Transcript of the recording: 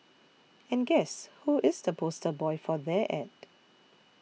and guess who is the poster boy for their ad